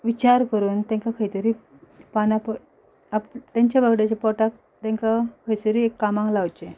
विचार करून तेंकां खंय तरी तेंचें बाबड्यांचीं पोटां तेंकां खंयसरी एक कामाक लावचें